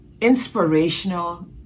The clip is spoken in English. inspirational